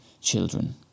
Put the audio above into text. children